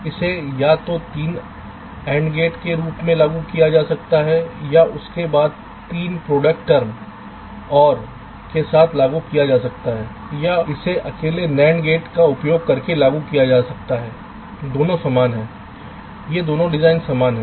इसे या तो 3 AND गेट के रूप में लागू किया जा सकता है या उसके बाद 3 प्रोडक्ट टर्म OR के साथ लागू किया जा सकता है या इसे अकेले NAND गेट्स का उपयोग करके लागू किया जा सकता है दोनों समान हैं ये दोनों डिजाइन समान हैं